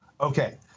Okay